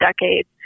decades